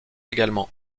également